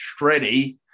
Shreddy